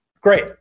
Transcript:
Great